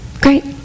great